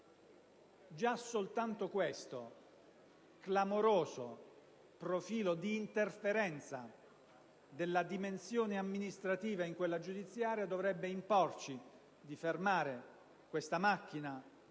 Già soltanto questo clamoroso profilo di interferenza della dimensione amministrativa in quella giudiziaria dovrebbe imporci di fermare questa macchina